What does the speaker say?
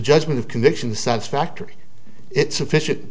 judgment of conviction satisfactory it sufficient